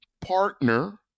partner